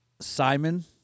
Simon